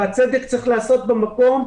והצדק צריך להיעשות במקום,